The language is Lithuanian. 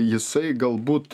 jisai galbūt